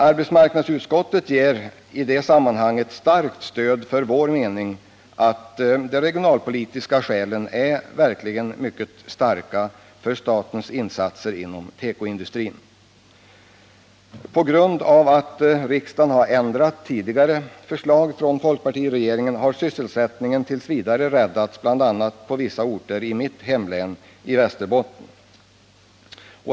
Arbetsmarknadsutskottet ger i detta sammanhang ett starkt stöd åt vår mening att de regionalpolitiska skälen verkligen är mycket starka för att staten skall göra insatser för tekoindustrin. På grund av att riksdagen tidigare ändrat förslag från folkpartiregeringen som berör tekoindustrin har sysselsättningen t. v. kunnat räddas, bl.a. på vissa orter i mitt eget hemlän Västerbotten.